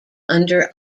under